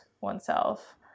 oneself